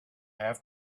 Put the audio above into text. have